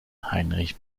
heinrich